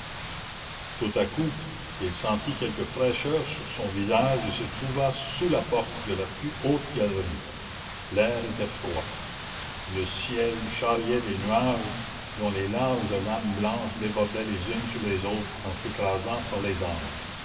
tout à coup il sentit quelque fraîcheur sur son visage et se trouva sous la porte de la plus haute galerie l'air était froid le ciel charriait des nuages dont les larges lames blanches débordaient les unes sur les autres en s'écrasant par les angles